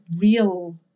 real